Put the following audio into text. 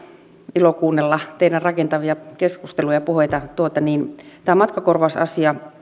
ilo kuunnella teidän rakentavia keskustelujanne puheitanne tämä matkakorvausasia